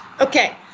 Okay